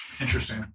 Interesting